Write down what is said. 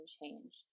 change